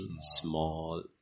small